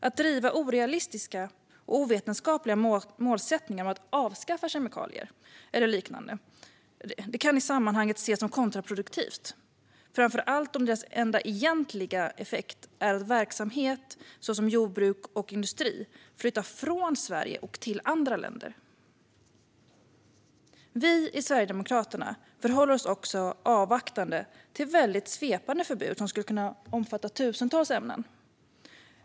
Att ha orealistiska och ovetenskapliga målsättningar om att avskaffa kemikalier eller liknande kan i sammanhanget ses som kontraproduktivt, framför allt om deras enda egentliga effekt är att verksamhet såsom jordbruk och industri flyttar från Sverige till andra länder. Vi i Sverigedemokraterna förhåller oss också avvaktande till svepande förbud som kan omfatta tusentals ämnen.